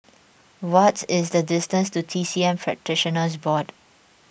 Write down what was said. what is the distance to T C M Practitioners Board